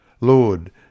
Lord